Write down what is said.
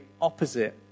opposite